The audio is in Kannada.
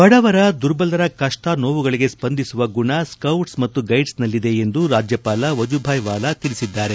ಬಡವರ ದುರ್ಬಲರ ಕಷ್ಟ ನೋವುಗಳಿಗೆ ಸ್ವಂದಿಸುವ ಗುಣ ಸ್ಕೌಟ್ಸ್ ಮತ್ತು ಗೈಡ್ಸ್ನಲ್ಲಿದೆ ಎಂದು ರಾಜ್ಯಪಾಲ ವಜೂಭಾಯ್ ವಾಲಾ ತಿಳಿಸಿದ್ದಾರೆ